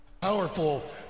Powerful